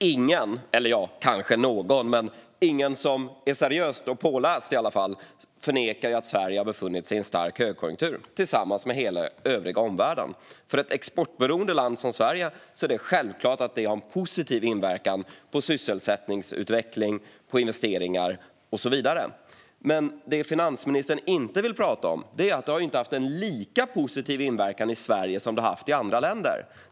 Herr talman! Ingen som är seriös och påläst förnekar att Sverige har befunnit sig i en stark högkonjunktur tillsammans med hela övriga omvärlden. För ett exportberoende land som Sverige är det självklart att det har en positiv inverkan på sysselsättningsutveckling, investeringar och så vidare. Men det finansministern inte vill prata om är att det inte har haft en lika positiv inverkan i Sverige som det har haft i andra länder.